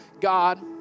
God